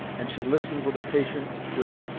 and she listened with a patience, which,